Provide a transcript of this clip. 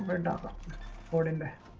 but and the formerly, and